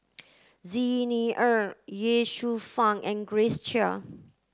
Xi Ni Er Ye Shufang and Grace Chia